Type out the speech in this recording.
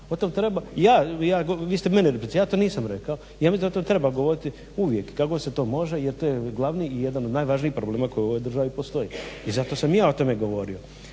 o tom treba i ja, vi ste mene …, ja to nisam rekao, ja mislim da to treba govoriti uvijek, kad god se to može jer to je glavni i jedan od najvažnijih problema koji u ovoj državi postoji i zato sam i ja o tome govorio.